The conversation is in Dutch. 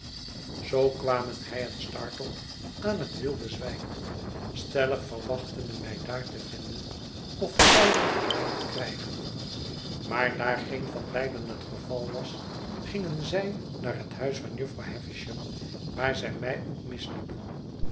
zoo kwamen hij en startop aan het wilde zwijn stellig verwachtende mij daar te vinden of tijding van mij te krijgen maar daar geen van beide het geval was gingen zij naar het huis van jufvrouw havisham waar zij mij ook misliepen